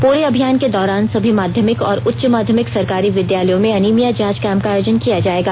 पूरे अभियान के दौरान सभी माध्यमिक और उच्च माध्यमिक सरकारी विद्यालयों में अनीमिया जांच कैंप का आयोजन किया जाएगा